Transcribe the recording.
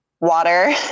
water